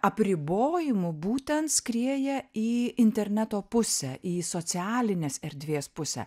apribojimų būtent skrieja į interneto pusę į socialinės erdvės pusę